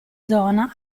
zona